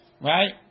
Right